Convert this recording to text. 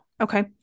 Okay